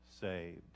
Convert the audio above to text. saved